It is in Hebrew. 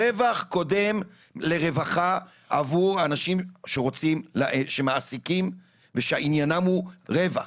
הרווח קודם לרווחה עבור האנשים שמעסיקים ושעניינם הוא רווח.